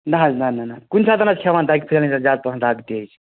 نہ حظ نَہ نَہ نَہ کُنۍ ساتَن حظ کھٮ۪وان دَگہِ اگر زیادٕ پَہَن دَگ تیزِ